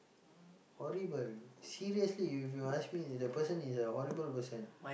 horrible seriously if you ask me the person is a horrible person